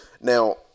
Now